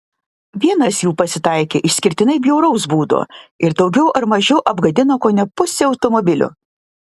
vienas jų pasitaikė išskirtinai bjauraus būdo ir daugiau ar mažiau apgadino kone pusę automobilių